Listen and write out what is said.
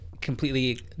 completely